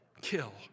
Kill